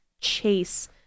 chase